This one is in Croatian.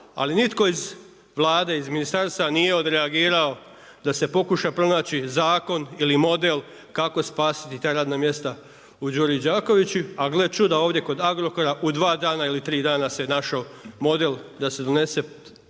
ali nitko iz Vlade iz ministarstva nije odreagiralo da se pokuša pronaći zakon ili model kako spasiti ta radna mjesta u Đuri Đaković. A gle čuda, ovdje kod Agrokora, u 2 dana ili u 3 dana se našao model da se donese